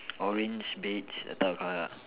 orange beige